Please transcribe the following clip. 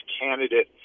candidate